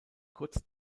kurz